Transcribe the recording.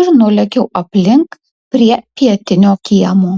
ir nulėkiau aplink prie pietinio kiemo